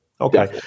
okay